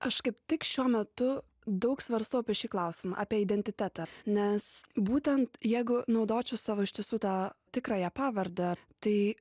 aš kaip tik šiuo metu daug svarstau apie šį klausimą apie identitetą nes būtent jeigu naudočiau savo iš tiesų tą tikrąją pavardę tai